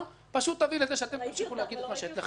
פשוט תובילו לזה שאתם תמשיכו להגיד את מה שיש לכם להגיד,